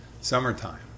summertime